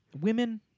women